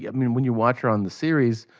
yeah mean when you watch her on the series,